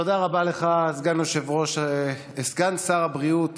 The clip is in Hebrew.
תודה רבה לך, סגן שר הבריאות